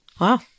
Wow